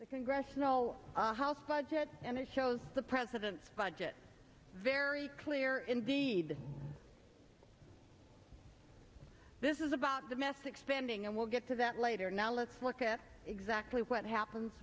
the congressional house budget and it shows the president's budget very clear indeed this is about domestic spending and we'll get to that later now let's look at exactly what happens